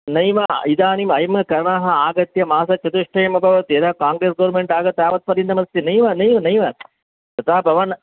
नैव इदानीं ऐमकर्णाः आगत्य मासचतुष्टयं अभवत् यदा कोङ्ग्रेस् गोर्मेण्ट् आगत तावत् पर्यन्तं अस्ति नैव नैव नैव तथा भवान्